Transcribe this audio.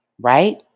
right